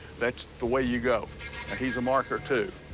that's the way you go. and he's a marker, too.